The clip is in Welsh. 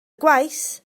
gwaith